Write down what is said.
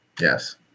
Yes